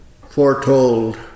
foretold